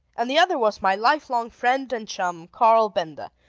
and the other was my lifelong friend and chum, carl benda,